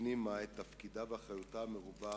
הפנימה את תפקידה ואחריותה המרובה